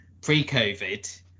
pre-covid